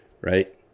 Right